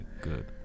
Good